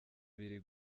biri